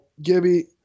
Gibby